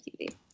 TV